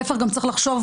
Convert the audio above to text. להפך, צריך לחשוב